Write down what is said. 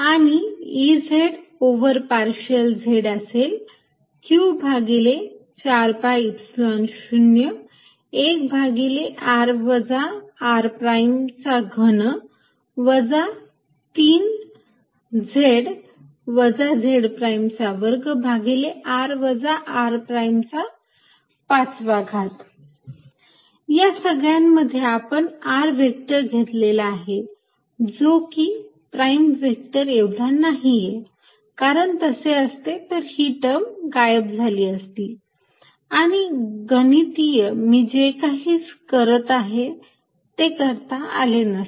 आणि partial Ez over partial z असेल q भागिले 4 pi Epsilon 0 1 भागिले r वजा r प्राईमचा घन वजा 3 z वजा z प्राईमचा वर्ग भागिले r वजा r प्राईमचा 5 वा घात Ey∂yq4π01r r3 3y y2r r5 Ez∂zq4π01r r3 3z z2r r5 या सगळ्यांमध्ये आपण r व्हेक्टर घेतलेला आहे जो की प्राईम व्हेक्टर एवढा नाहीये कारण तसे असते तर ही टर्म गायब झाली असती आणि गणितीय मी जे काही करत आहे ते करता आले नसते